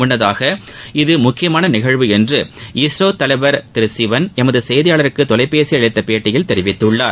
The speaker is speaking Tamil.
முன்னதாக இது முக்கியமான நிகழ்வு என்று இஸ்ரோ தலைவர் திரு சிவன் எமது செய்தியாளருக்கு தொலைபேசியில் அளித்த பேட்டியில் தெரிவித்துள்ளார்